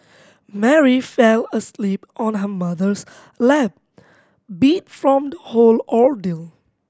Mary fell asleep on her mother's lap beat from the whole ordeal